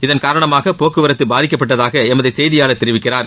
இதன் காரணமாக போக்குவரத்து பாதிக்கப்பட்டதாக எமது செய்தியாளர் தெரிவிக்கிறார்